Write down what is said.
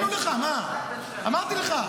עניתי לך, אמרתי לך.